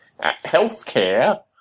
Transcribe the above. healthcare